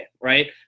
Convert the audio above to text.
right